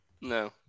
No